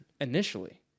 initially